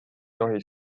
tohi